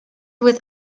with